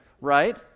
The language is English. right